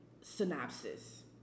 synopsis